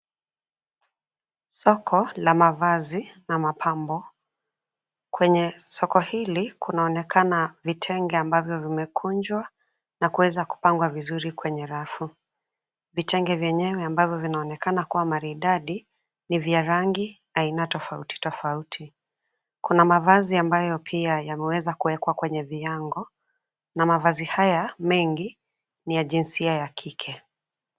Soko la mavazi na mapambo. Kwenye soko hili kunaonekana vitenge ambavyo vimekunjwa na kuweza kupangwa vizuri kwenye rafu. Vitenge vyenyewe ambavyo vinaonekana kua maridadi ni vya rangi aina tofauti, tofauti. Kuna mavazi ambayo pia yameweza kuwekwa kwenye viango, na mavazi haya mengi, ni ya jinsia ya kike.